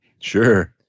Sure